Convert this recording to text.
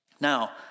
Now